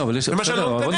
ומה שאני לא נותן,